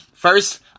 First